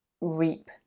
reap